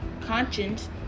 conscience